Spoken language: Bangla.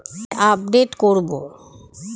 আমার পাস বই কোথায় আপডেট করব?